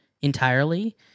entirely